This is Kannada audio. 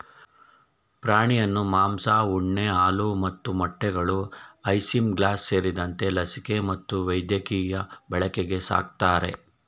ಪ್ರಾಣಿಯನ್ನು ಮಾಂಸ ಉಣ್ಣೆ ಹಾಲು ಮತ್ತು ಮೊಟ್ಟೆಗಳು ಐಸಿಂಗ್ಲಾಸ್ ಸೇರಿದಂತೆ ಲಸಿಕೆ ಮತ್ತು ವೈದ್ಯಕೀಯ ಬಳಕೆಗೆ ಸಾಕ್ತರೆ